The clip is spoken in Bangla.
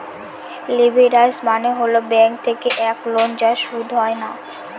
লেভেরাজ মানে হল ব্যাঙ্ক থেকে এক লোন যার সুদ হয় না